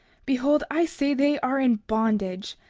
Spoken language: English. behold, i say they are in bondage.